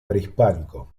prehispánico